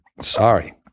sorry